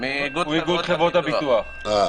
חברות הביטוח לא מתנגדות להפסיק את משלוח הצ'קים.